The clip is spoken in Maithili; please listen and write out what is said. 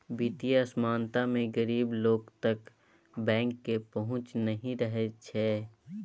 बित्तीय असमानता मे गरीब लोक तक बैंक केर पहुँच नहि रहय छै